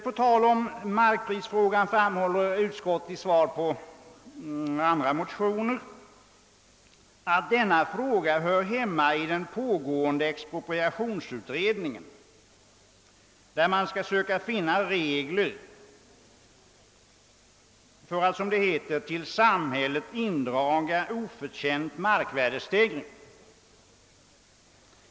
På tal om markprisfrågan framhåller utskottet som svar på andra motioner att denna fråga hör hemma i den pågående expropriationsutredningen där man skall söka finna lagregler för att, som det heter, till samhället indraga oförtjänt markvärdestegring.